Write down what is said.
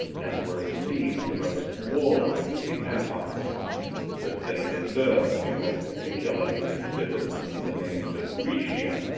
and were esteemed the most warlike of the empire but they deserve to be more particularly considered under the names of rhaetia,